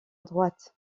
droite